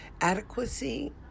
adequacy